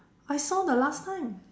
I saw the last time